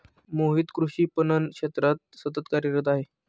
मोहित कृषी पणन क्षेत्रात सतत कार्यरत आहे